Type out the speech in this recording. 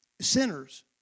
Sinners